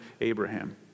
Abraham